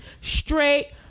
Straight